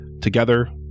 Together